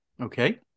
okay